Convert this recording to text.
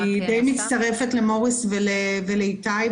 אני מצטרפת למוריס ולאיתי.